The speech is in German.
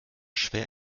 schwer